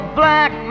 black